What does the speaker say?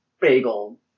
bagel